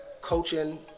coaching